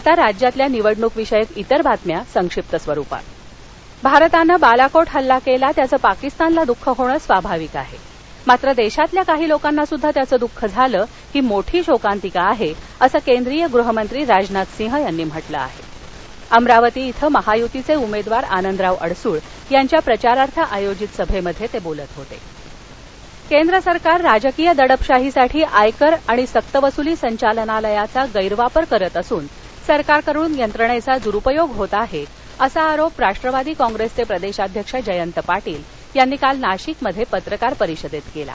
आता राज्यातील निवडणूकविषयक इतर बातम्या संक्षिप्त स्वरुपात राजनाथ सिंग अमरावती भारतानखिलकोट हल्ला कल्ला त्याचं पाकिस्तानला दःख होणं स्वाभाविक आहध्मात्र दक्तितील काही लोकांनासुद्धा त्याचं दुःख झालं ही मोठी शोकांतिका आहा असं केंद्रीय गृहमंत्री राजनाथ सिंग यांनी म्हटलं आहा अमरावती इथं महायुतीचा उमद्विर आनंदराव अडसूळ यांच्या प्रचारार्थ आयोजित सभस्तिबिलत होत जयंत पाटील नाशिक केंद्र सरकार राजकीय दडपशाहीसाठी आयकर आणि सक्त वसूली संचालनालयाचा गैरवापर करीत असून सरकारकडून यंत्रणत्ती दुरुपयोग होत आहा असा आरोप राष्ट्रवादी काँप्रस्त्रिप्रिद्धीध्यक्ष जयंत पाटील यांनी काल नाशिक मध्या पत्रकार परिषदत्तकल्ली